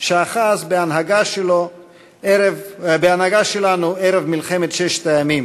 שאחז בהנהגה שלנו ערב מלחמת ששת הימים,